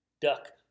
duck